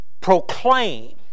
proclaim